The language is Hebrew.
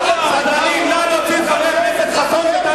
סדרנים, נא להוציא את חבר הכנסת חסון.